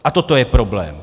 A toto je problém.